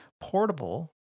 portable